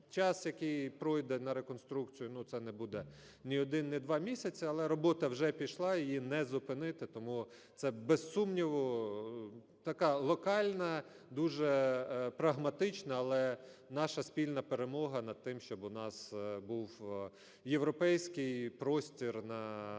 Час, який пройде на реконструкцію, ну це не буде ні один, ні два місяці, але робота вже пішла, її не зупинити, тому це, без сумніву, така локальна, дуже прагматична, але наша спільна перемога над тим, щоб у нас був європейський простір на в'їзді